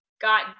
got